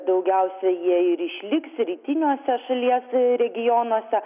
daugiausiai jie ir išliks rytiniuose šalies regionuose